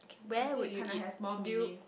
I think it kind of has more meaning